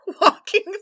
walking